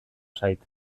zait